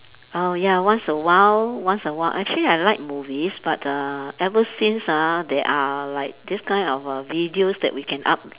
oh ya once a while once a while I actually I like movies but uh ever since ah there are like these kind of err videos that we can up~